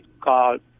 called